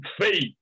faith